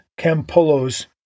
Campolo's